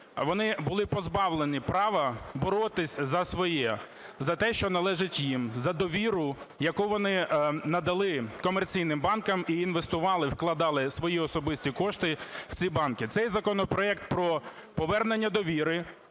вони були позбавлені права боротись за своє, за те, що належить їм, за довіру, яку вони надали комерційним банкам і інвестували, вкладали свої особисті кошти в ці банки. Цей законопроект про повернення довіри